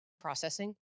processing